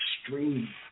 extreme